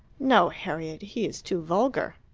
no, harriet he is too vulgar.